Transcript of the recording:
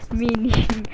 meaning